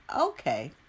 Okay